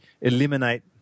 eliminate